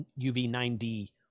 UV9D